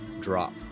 drop